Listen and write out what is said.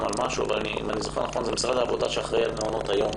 אבל אם אני זוכר נכון משרד העבודה אחראי על מעונות היום